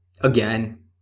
again